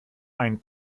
ein